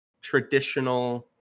traditional